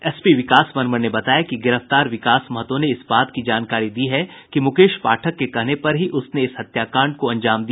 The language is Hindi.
एसपी विकास वर्मन ने बताया कि गिरफ्तार विकास महतो ने इस बात की जानकारी दी है कि मुकेश पाठक के कहने पर ही उसने इस हत्याकांड को अंजाम दिया